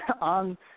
on